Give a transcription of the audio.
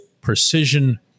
precision